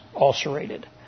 ulcerated